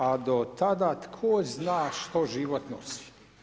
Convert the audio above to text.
A do tada tko zna što život nosi.